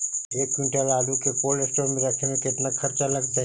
एक क्विंटल आलू के कोल्ड अस्टोर मे रखे मे केतना खरचा लगतइ?